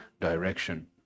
direction